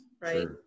right